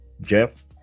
jeff